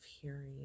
hearing